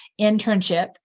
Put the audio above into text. internship